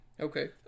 Okay